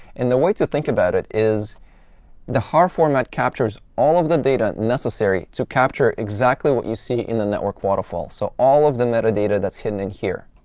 the way to think about it is the har format captures all of the data necessary to capture exactly what you see in the network waterfall, so all of the metadata that's happening here.